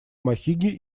махиги